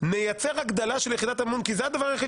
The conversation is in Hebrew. נייצר הגדלה של יחידת המימון כי זה הדבר היחיד